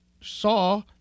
saw